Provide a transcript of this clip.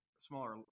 smaller